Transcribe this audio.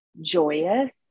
joyous